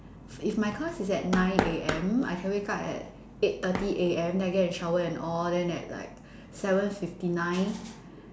if my class is at nine A_M I can wake up at eight thirty A_M then I get to shower and all then at like seven fifty nine